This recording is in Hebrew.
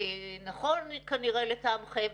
נכון כנראה לטעמכם